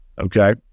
Okay